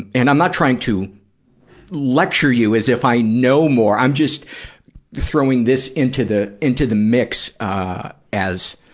and i'm not trying to lecture you as if i know more, i'm just throwing this into the into the mix ah as,